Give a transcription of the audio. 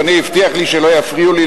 אדוני הבטיח לי שלא יפריעו לי.